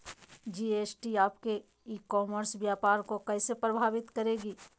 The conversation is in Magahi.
जी.एस.टी आपके ई कॉमर्स व्यापार को कैसे प्रभावित करेगी?